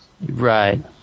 right